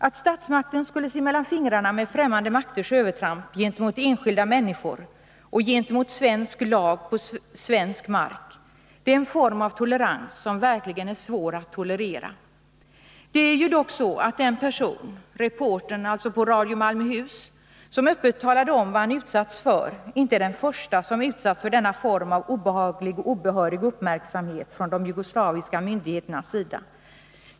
Att staten skulle se mellan fingrarna med främmande makters övertramp på svensk mark gentemot enskilda människor och gentemot svensk lag vore en tolerans som verkligen skulle vara svår att tolerera. Reportern på Radio Malmöhus, som öppet talat om vad han utsatts för, är inte den förste som blivit föremål för denna form av obehaglig och obehörig uppmärksamhet från de jugoslaviska myndigheternas sida.